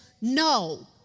no